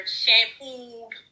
shampooed